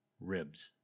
ribs